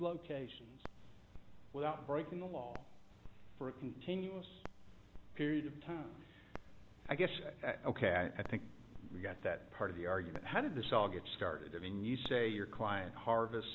locations without breaking the law for a continuous period of time i guess ok i think we've got that part of the argument how did this all get started i mean you say your client harvest